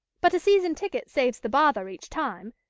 but a season-ticket saves the bother each time,